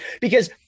Because-